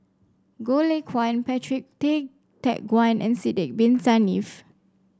Goh Lay Kuan Patrick Tay Teck Guan and Sidek Bin Saniff